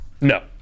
No